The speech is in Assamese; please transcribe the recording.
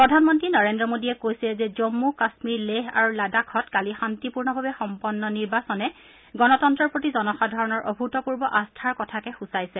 প্ৰধানমন্তী নৰেন্দ্ৰ মোদীয়ে কৈছে যে জম্মু কাম্মীৰ লেহ আৰু লাডাখত কালি শান্তিপূৰ্ণভাৱে সম্পন্ন নিৰ্বাচনে গণতন্ত্ৰৰ প্ৰতি জনসাধাৰণৰ অভূতপূৰ্ব আস্থাৰ কথাকে সূচাইছে